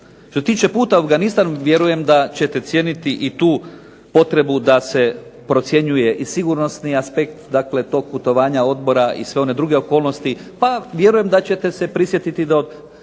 Što se tiče puta u Afganistan vjerujem da ćete cijeniti i tu potrebu da se procjenjuje i sigurnosni aspekt tog putovanja odbora i sve one druge okolnosti, pa vjerujem da ćete se prisjetiti do